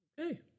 Okay